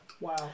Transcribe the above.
Wow